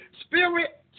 spirit